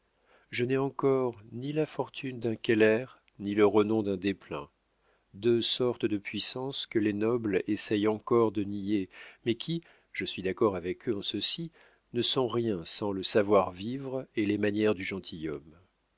je n'ai encore ni la fortune d'un keller ni le renom d'un desplein deux sortes de puissances que les nobles essaient encore de nier mais qui je suis d'accord avec eux en ceci ne sont rien sans le savoir-vivre et les manières du